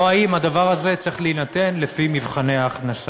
או אם הדבר הזה צריך להינתן לפי מבחני ההכנסה.